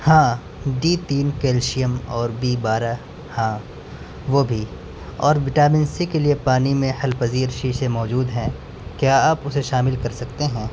ہاں ڈی تین کیلشیم اور بی بارہ ہاں وہ بھی اور وٹامن سی کے لیے پانی میں حل پذیر شیشے موجود ہیں کیا آپ اسے شامل کر سکتے ہیں